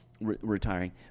retiring